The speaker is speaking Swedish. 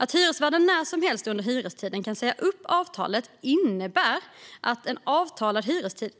Att hyresvärden när som helst under hyrestiden kan säga upp avtalet innebär att en avtalad hyrestid